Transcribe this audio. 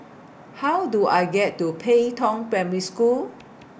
How Do I get to Pei Tong Primary School